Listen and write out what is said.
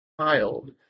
child